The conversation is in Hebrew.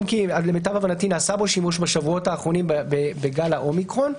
אם כי למיטב הבנתי נעשה בו שימוש בשבועות האחרונים בגל האומיקרון.